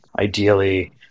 Ideally